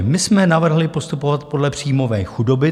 My jsme navrhli postupovat podle příjmové chudoby.